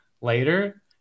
later